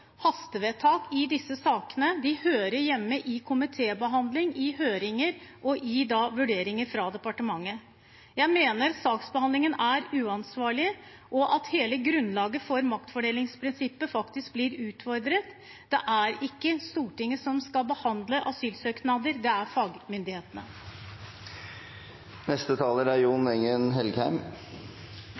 hastevedtak i disse sakene. De hører hjemme i komitébehandling, i høringer og i vurderinger fra departementet. Jeg mener saksbehandlingen er uansvarlig, og at hele grunnlaget for maktfordelingsprinsippet faktisk blir utfordret. Det er ikke Stortinget som skal behandle asylsøknader. Det er fagmyndighetene. Det er lett å forstå at asyl er